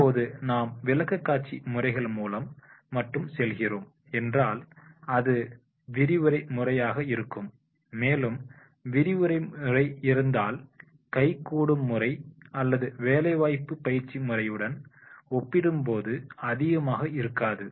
இப்போது நாம் விளக்கக்காட்சி முறைகள் மூலமாக மட்டுமே செல்கிறோம் என்றால் அது விரிவுரை முறையாக இருக்கும் மேலும் விரிவுரை முறை இருந்தால் கை கூடும் முறை அல்லது வேலைவாய்ப்பு பயிற்சி முறையுடன் ஒப்பிடும்போது அதிகமாக இருக்காது